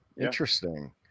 Interesting